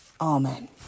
Amen